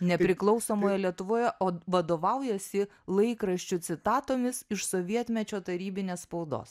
nepriklausomoje lietuvoje o vadovaujasi laikraščių citatomis iš sovietmečio tarybinės spaudos